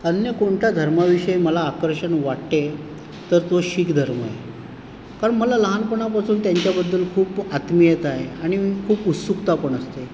अन्य कोणत्या धर्माविषयी मला आकर्षण वाटते तर तो शीख धर्म आहे कारण मला लहानपणापासून त्यांच्याबद्दल खूप आत्मियता आहे आणि खूप उत्सुकता पण असते